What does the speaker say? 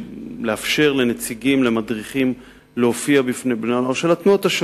לאפשר לנציגים ולמדריכים של התנועות להופיע בפני בני הנוער,